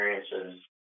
experiences